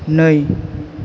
नै